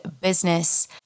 business